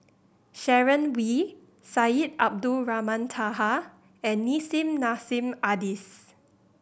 Sharon Wee Syed Abdulrahman Taha and Nissim Nassim Adis